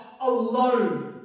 alone